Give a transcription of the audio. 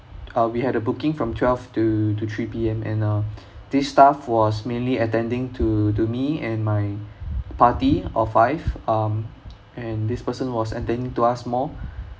uh we had a booking from twelve to to three P_M and uh this staff was mainly attending to to me and my party of five um and this person was attending to us more